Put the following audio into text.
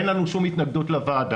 אין לנו שום התנגדות לוועדה.